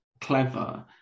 clever